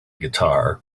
guitar